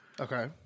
Okay